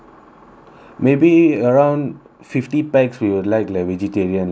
maybe around fifty pax we will like like vegetarian like that